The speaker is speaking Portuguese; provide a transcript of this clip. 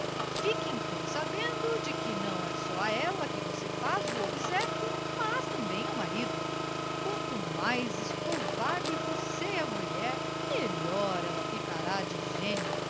fique então sabendo de que não é só a ela que você faz o obséquio mas também ao marido quanto mais escovar lhe você a mulher melhor ela ficará de gênio